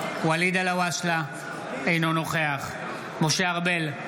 אינו נוכח משה ארבל,